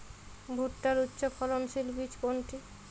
ভূট্টার উচ্চফলনশীল বীজ কোনটি?